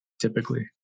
typically